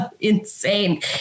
insane